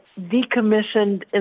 decommissioned